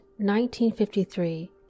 1953